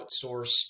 outsourced